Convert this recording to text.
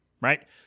right